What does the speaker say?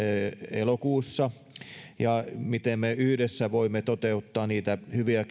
elokuussa siitä miten me yhdessä voimme toteuttaa niitä hyviä